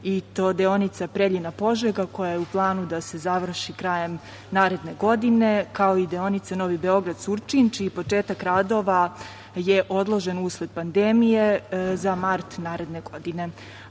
i to deonica Preljina-Požega, koja je u planu da se završi krajem naredne godine, kao i deonica Novi Beograd-Surčin, čiji početak radova je odložen usled pandemije za mart naredne godine,